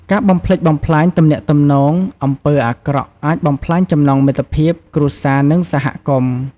ការបំផ្លិចបំផ្លាញទំនាក់ទំនង អំពើអាក្រក់អាចបំផ្លាញចំណងមិត្តភាព គ្រួសារ និងសហគមន៍។